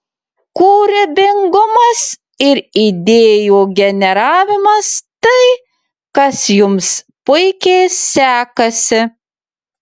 kūrybingumas ir idėjų generavimas tai kas jums puikiai sekasi